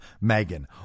Megan